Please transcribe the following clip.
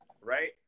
right